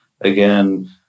again